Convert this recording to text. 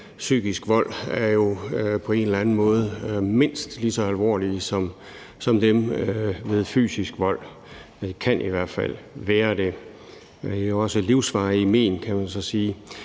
psykisk vold, er jo på en eller anden måde mindst lige så alvorlige som dem ved fysisk vold – de kan i hvert fald være det. Det er også livsvarige men, kan man så sige.